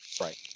right